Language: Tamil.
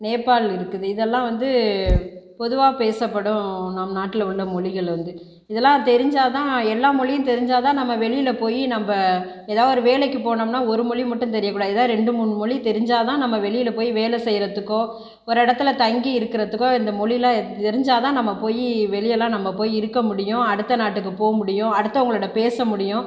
நேபால் இருக்குது இதெல்லாம் வந்து பொதுவாக பேசப்படும் நம் நாட்டில் உள்ள மொழிகள் வந்து இதெல்லாம் தெரிஞ்சால் தான் எல்லா மொழியும் தெரிஞ்சால் தான் நம்ம வெளியில் போய் நம்ப ஏதாவது ஒரு வேலைக்கு போனோம்னால் ஒரு மொழி மட்டும் தெரியக்கூடாது ஏதாவது ரெண்டு மூணு மொழி தெரிஞ்சால் தான் நம்ப வெளியில் போய் வேலை செய்யறதுக்கோ ஒரு இடத்துல தங்கி இருக்கிறதுக்கோ இந்த மொழியெலாம் தெரிஞ்சால் தான் நம்ம போயி வெளியேலாம் நம்ம போய் இருக்க முடியும் அடுத்த நாட்டுக்கு போக முடியும் அடுத்தவங்களோடு பேச முடியும்